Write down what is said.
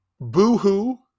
Boo-hoo